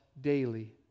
daily